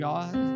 God